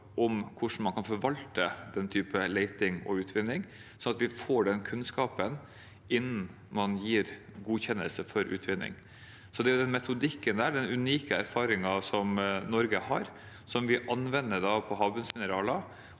om hvordan man kan forvalte den typen leting og utvinning, slik at vi får den kunnskapen innen man gir godkjennelse for utvinning. Det er den metodikken, den unike erfaringen Norge har, vi anvender på havbunnsmineraler,